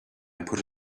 put